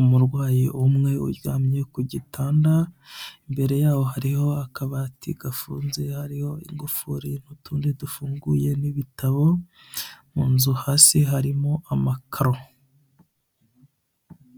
umurwayi umwe uryamye ku gitanda, imbere yaho hariho akabati gafunze hariho ingufuri n'utundi dufunguye n'ibitabo, mu inzu hasi harimo amakaro